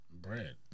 Bread